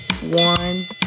One